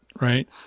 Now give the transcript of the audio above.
Right